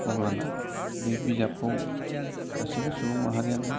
अब्लाना बे बिजाबखौ गासिबो सुबुं माहारियानो